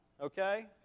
okay